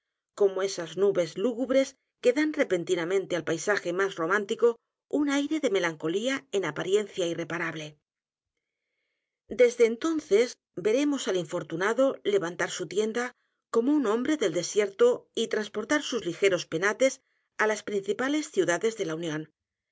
como esas nubes lúgubres que dan repentinamente al paisaje más romántico un aire de melancolía en apariencia irreparable desde entonces veremos al infortunado levantar su tienda como u n hombre del desierto y transportar sus ligeros penates á las principales ciudades de la unión